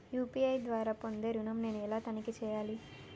UPI ద్వారా పొందే ఋణం నేను ఎలా తనిఖీ చేయాలి?